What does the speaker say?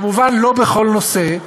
כמובן לא בכל נושא,